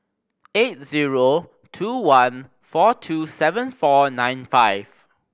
eight zero two one four two seven four nine five